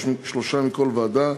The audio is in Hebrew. שלושה מכל ועדה,